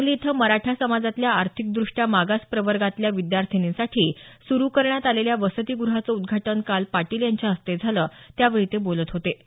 सांगली इथं मराठा समाजातल्या आर्थिकदृष्ट्या मागास प्रवर्गातल्या विद्यार्थिनींसाठी सुरू करण्यात आलेल्या वसतिगृहाचं उद्घाटन काल पाटील यांच्या हस्ते झालं त्यावेळी ते बोलत होते